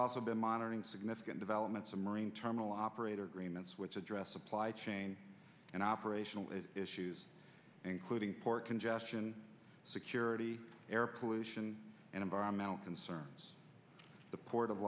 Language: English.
also been monitoring significant developments a marine terminal operator agreements which address supply chain and operational issues including port congestion security air pollution and environmental concerns the port of